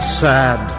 sad